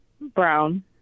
Brown